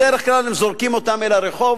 בדרך כלל הם זורקים אותו אל הרחוב.